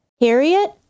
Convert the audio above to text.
Harriet